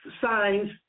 Signs